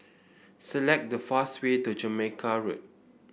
select the fastest way to Jamaica Road